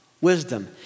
wisdom